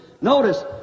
Notice